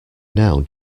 now